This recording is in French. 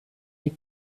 les